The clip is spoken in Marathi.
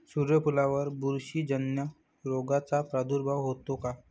सूर्यफुलावर बुरशीजन्य रोगाचा प्रादुर्भाव होतो का?